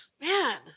man